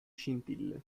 scintille